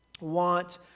want